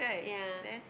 ya